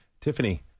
Tiffany